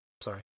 Sorry